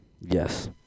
Yes